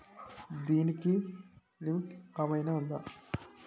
దీనికి లిమిట్ ఆమైనా ఉందా?